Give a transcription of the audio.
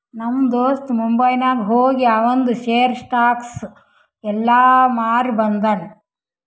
ನಮ್ ದೋಸ್ತ ಮುಂಬೈನಾಗ್ ಹೋಗಿ ಆವಂದ್ ಶೇರ್, ಸ್ಟಾಕ್ಸ್ ಎಲ್ಲಾ ಮಾರಿ ಬಂದುನ್